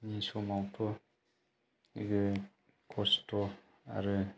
समावथ' नोगोद खस्थ' आरो